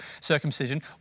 circumcision